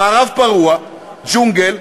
מערב פרוע, ג'ונגל.